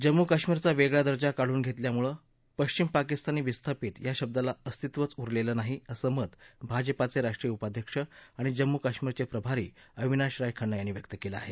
जम्मू कश्मीरचा वेगळा दर्जा काढून घेतल्यामुळे पश्चिम पाकिस्तानी विस्थापित या शब्दाला अस्त्वत्वच उरलेलं नाही असं मत भाजपाचे ऱाष्ट्रीय उपाध्यक्ष आणि जम्मू कश्मीरचे प्रभारी अविनाश राय खन्ना यांनी व्यक्त केलं आहे